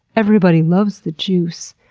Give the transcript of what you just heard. everybody loves the juice.